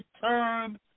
turn